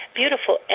beautiful